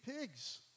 pigs